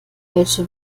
welche